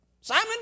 Simon